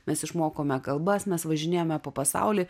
mes išmokome kalbas mes važinėjame po pasaulį